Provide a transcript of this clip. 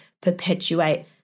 perpetuate